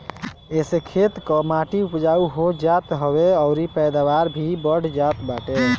एसे खेत कअ माटी उपजाऊ हो जात हवे अउरी पैदावार भी बढ़ जात बाटे